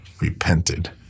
repented